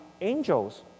angels